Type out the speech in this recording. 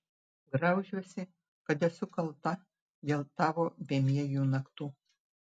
graužiuosi kad esu kalta dėl tavo bemiegių naktų